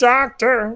Doctor